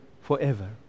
forever